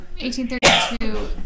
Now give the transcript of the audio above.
1832